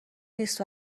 نیست